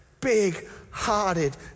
big-hearted